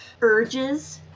urges